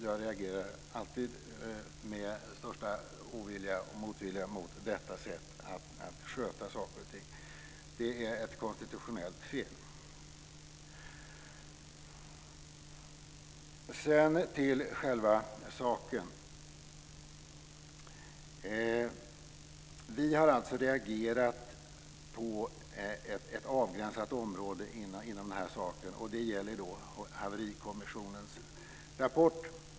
Jag reagerar alltid med största ovilja och motvilja mot detta sätt att sköta saker och ting. Det är ett konstitutionellt fel. Sedan går jag över till själva saken. Vi har alltså reagerat på ett avgränsat område inom denna sak, och det gäller Haverikommissionens rapport.